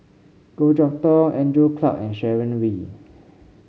Goh Chok Tong Andrew Clarke and Sharon Wee